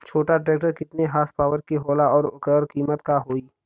छोटा ट्रेक्टर केतने हॉर्सपावर के होला और ओकर कीमत का होई?